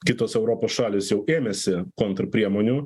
kitos europos šalys jau ėmėsi kontrpriemonių